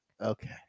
Okay